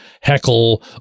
heckle